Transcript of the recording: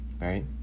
Right